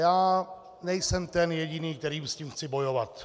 A já nejsem ten jediný, který s tím chci bojovat.